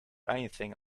anything